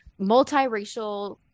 multiracial